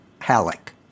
Halleck